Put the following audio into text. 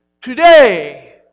today